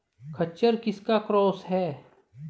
खच्चर किसका क्रास है?